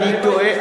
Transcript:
הלוואי שאני טועה.